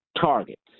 targets